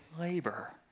labor